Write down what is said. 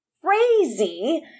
crazy